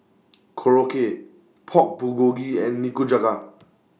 Korokke Pork Bulgogi and Nikujaga